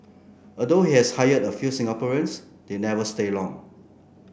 although he has hired a few Singaporeans they never stay long